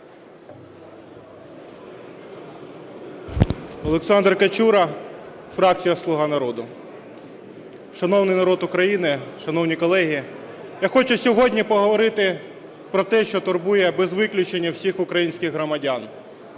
Олександр Качура, фракція "Слуга народу". Шановний народе України, шановні колеги, я хочу сьогодні поговорити про те, що турбує без виключення всіх українських громадян.